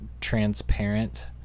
transparent